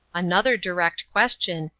another direct question,